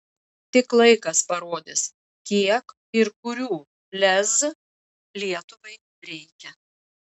tik laikas parodys kiek ir kurių lez lietuvai reikia